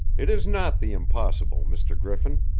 it is not the impossible, mr. griffin!